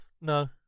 No